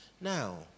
Now